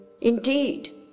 Indeed